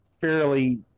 fairly